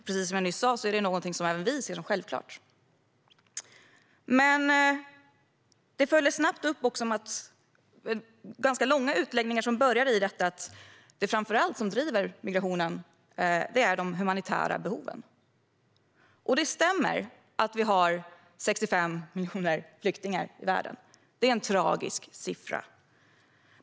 Precis som jag nyss sa är det någonting som även vi ser som självklart. Men han följde upp med ganska långa utläggningar om att det som framför allt driver migrationen är de humanitära behoven. Det stämmer att vi har 65 miljoner flyktingar i världen. Det är en tragisk siffra.